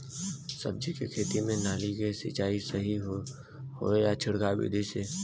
सब्जी के खेती में नाली से सिचाई सही होई या छिड़काव बिधि से?